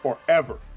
forever